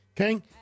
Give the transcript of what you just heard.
Okay